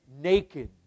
naked